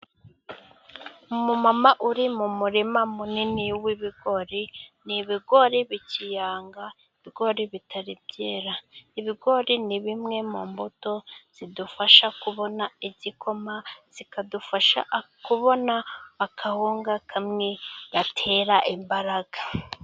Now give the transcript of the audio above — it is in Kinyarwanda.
Umumama uri mu murima munini w'ibigori, ni ibigori bikiyanga, ibigori bitari byera, ibigori ni bimwe mu mbuto zidufasha kubona igikoma zikadufasha kubona akawunga kamwe gatera imbaraga.